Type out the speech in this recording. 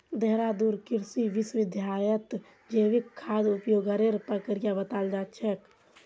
देहरादून कृषि विश्वविद्यालयत जैविक खाद उपयोगेर प्रक्रिया बताल जा छेक